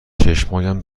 چشمهایم